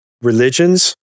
religions